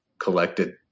collected